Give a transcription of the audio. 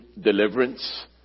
deliverance